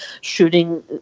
shooting